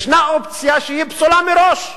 ישנה אופציה שהיא פסולה מראש,